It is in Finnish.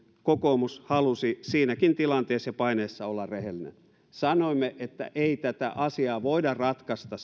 kokoomus halusi siinäkin tilanteessa ja paineessa olla rehellinen sanoimme että ei tätä asiaa voida ratkaista